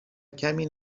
کمی